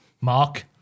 Mark